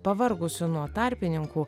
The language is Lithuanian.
pavargusi nuo tarpininkų